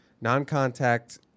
non-contact